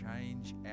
change